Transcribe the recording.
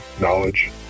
Knowledge